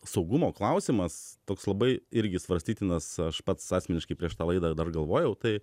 saugumo klausimas toks labai irgi svarstytinas aš pats asmeniškai prieš tą laidą dar galvojau tai